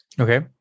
Okay